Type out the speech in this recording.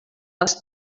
els